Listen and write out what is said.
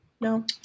No